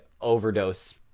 overdose